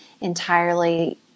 entirely